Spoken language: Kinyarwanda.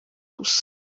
gusa